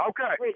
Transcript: Okay